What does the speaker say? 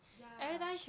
ya